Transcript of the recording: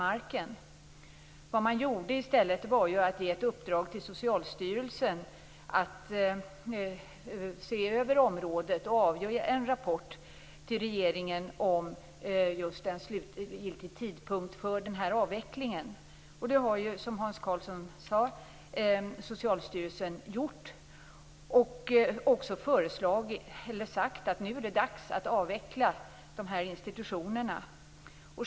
Man gav i stället ett uppdrag till Socialstyrelsen att se över området och avge en rapport till regeringen om en slutlig tidpunkt för avvecklingen. Som Hans Karlsson sade har Socialstyrelsen nu gjort det och föreslagit att det är dags att avveckla institutionerna.